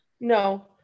no